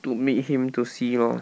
to meet him to see lor